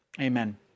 Amen